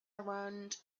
around